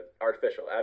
artificial